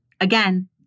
again